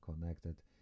connected